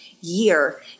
year